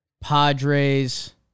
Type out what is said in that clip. Padres